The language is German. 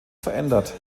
verändert